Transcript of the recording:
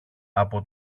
από